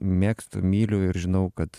mėgstu myliu ir žinau kad